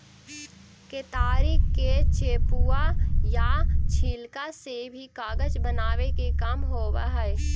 केतारी के चेपुआ या छिलका से भी कागज बनावे के काम होवऽ हई